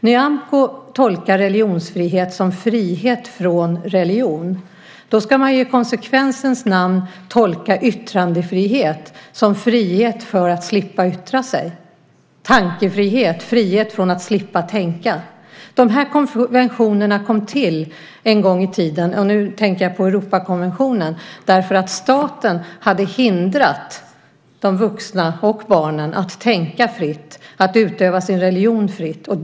Nyamko tolkar religionsfrihet som frihet från religion. Då ska man i konsekvensens namn tolka yttrandefrihet som frihet från att yttra sig och tankefrihet som frihet från att tänka. Konventionerna kom till en gång i tiden - jag tänker på Europakonventionen - därför att staten hade hindrat de vuxna och barnen att tänka fritt, att utöva sin religion fritt.